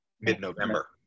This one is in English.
mid-November